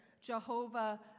Jehovah